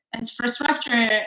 infrastructure